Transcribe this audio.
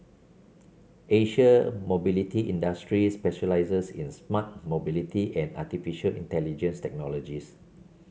Asia Mobility Industries specialises in smart mobility and artificial intelligence technologies